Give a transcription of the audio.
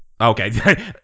Okay